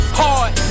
hard